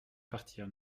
partir